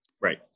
Right